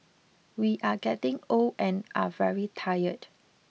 we are getting old and are very tired